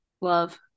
love